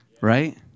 right